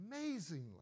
Amazingly